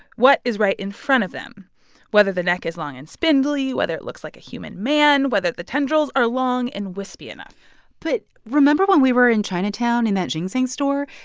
what is right in front of them whether the neck is long and spindly, whether it looks like a human man, whether the tendrils are long and wispy enough but remember when we were in chinatown, in that ginseng store?